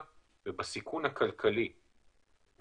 לכל אחת מן הפלטפורמות